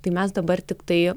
tai mes dabar tiktai